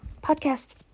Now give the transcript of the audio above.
podcast